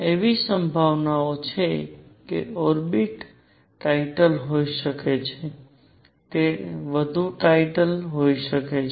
એવી સંભાવના છે કે ઓર્બિટ્સ ટાઇટલ હોઈ શકે છે તે વધુ ટાઇટલ હોઈ શકે છે